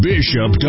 Bishop